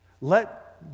Let